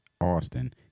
Austin